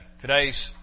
Today's